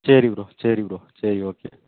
சரி ப்ரோ சரி ப்ரோ சரி ஓகே